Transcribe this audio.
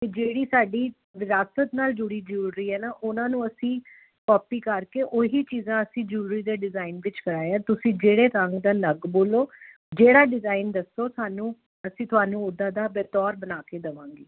ਅਤੇ ਜਿਹੜੀ ਸਾਡੀ ਵਿਰਾਸਤ ਨਾਲ ਜੁੜੀ ਜਿਊਲਰੀ ਹੈ ਨਾ ਉਹਨਾਂ ਨੂੰ ਅਸੀਂ ਕਾਪੀ ਕਰਕੇ ਉਹੀ ਚੀਜ਼ਾਂ ਅਸੀਂ ਜਿਊਲਰੀ ਦੇ ਡਿਜ਼ਾਇਨ ਵਿੱਚ ਕਰਾਏ ਆ ਤੁਸੀਂ ਜਿਹੜੇ ਰੰਗ ਦਾ ਲੱਗ ਬੋਲੋ ਜਿਹੜਾ ਡਿਜ਼ਾਇਨ ਦੱਸੋ ਸਾਨੂੰ ਅਸੀਂ ਤੁਹਾਨੂੰ ਉੱਦਾਂ ਦਾ ਬਤੌਰ ਬਣਾ ਕੇ ਦੇਵਾਂਗੇ